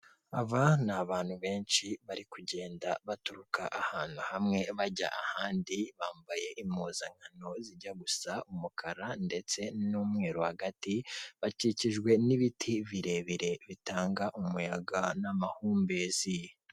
Aba ni abantu benshi bari kugenda baturuka ahantu hamwe bajya ahandi. Bambaye impuzankano zijya gusa umukara ndetse n'umweru hagati. Bakikijwe n'ibiti birebire bitanga umuyaga n'amahumbezi.